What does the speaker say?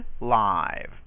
live